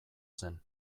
zen